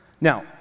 Now